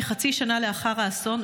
כחצי שנה לאחר האסון,